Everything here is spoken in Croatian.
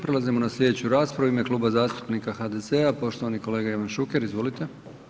Prelazimo na slijedeću raspravu, u ime Kluba zastupnika HDZ-a, poštovani kolega Ivan Šuker, izvolite.